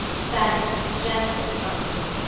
thankes gentle somerset,